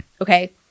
okay